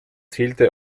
zählte